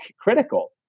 critical